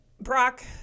brock